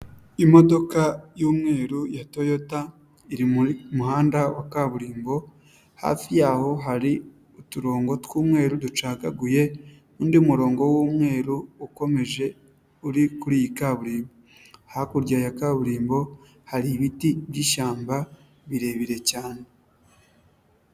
Imodoka y'umweru ya toyota, iri mu muhanda wa kaburimbo ,hafi yaho hari uturongo tw'umweru ducagaguye, undi murongo w'umweru ukomeje uri kuri kaburimbo. Hakurya ya kaburimbo hari ibiti by'ishyamba birebire cyane .